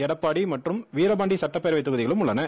எடப்பாடி மற்று ம் வீரபாண்டி சட்டப்பேரவைத் தொகுதிகளும் உள்ளன